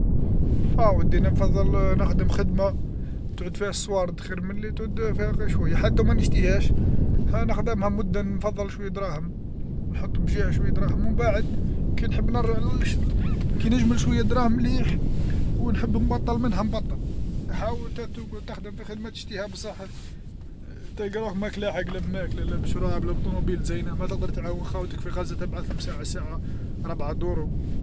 أودي أنا نفضل نخدم خدمة تعود فيها صوارد خير ملي تعود فيها شويه حتى وما نشتيهاش هانخدمها مده نفضل شويه دراهم نحط بجهه شويه دراهم ومن بعد كي نحب نرجع كي نجمل شوي دراهم مليح ونحب نبطل منها نبطل هاو نتا تقعد تخدم في خدمة تشتيها بصحة تلقا روحك ماك لاحق لا بماكلة لا بشراب لا بطونوبيل زينه ما تقدر تعاون خاوتك في غزه تبعث لهم ساعه ساعه ربعه دورو.